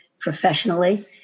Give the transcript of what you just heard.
professionally